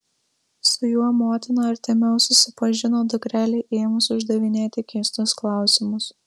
su juo motina artimiau susipažino dukrelei ėmus uždavinėti keistus klausimus